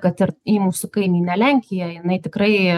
kad ir į mūsų kaimynę lenkiją jinai tikrai